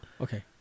Okay